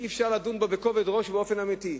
אי-אפשר לדון בו בכובד ראש ובאופן אמיתי.